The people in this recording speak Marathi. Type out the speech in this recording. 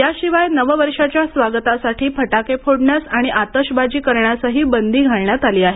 याशिवाय नववर्षाच्या स्वागतासाठी फटाके फोडण्यास आणि आतशबाजी करण्यासही बंदी घालण्यात आली आहे